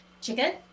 Chicken